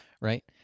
right